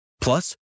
Plus